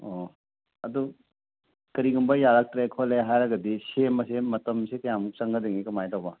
ꯑꯣ ꯑꯗꯨ ꯀꯔꯤꯒꯨꯝꯕ ꯌꯥꯔꯛꯇ꯭ꯔꯦ ꯈꯣꯠꯂꯦ ꯍꯥꯏꯔꯒꯗꯤ ꯁꯦꯝꯕꯁꯦ ꯃꯇꯝꯁꯦ ꯀꯌꯥꯃꯨꯛ ꯆꯪꯒꯗꯒꯦ ꯀꯃꯥꯏ ꯍꯧꯕ